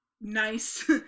nice